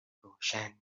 روشن